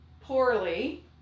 poorly